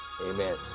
Amen